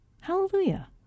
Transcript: Hallelujah